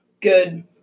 good